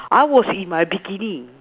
I was in my bikini